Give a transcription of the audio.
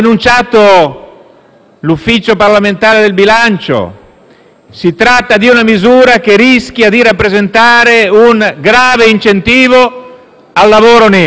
l'Ufficio parlamentare di bilancio - che si tratta di una misura che rischia di rappresentare un grave incentivo al lavoro nero.